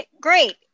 great